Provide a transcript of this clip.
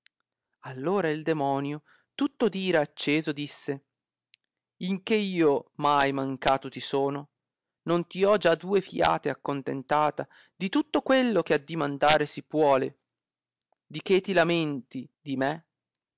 allora il demonio tutto d'ira acceso disse in che io mai mancato ti sono non ti ho già due fiate accontentata di tutto quello che addimandare si puole di che ti lamenti di me